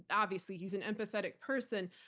obviously, he's an empathetic person.